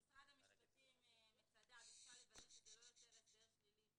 מצדה ממשרד המשפטים בקשה לבטל כדי לא לייצר הסדר שלילי